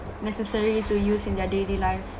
necessary to use in their daily lives